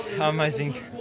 amazing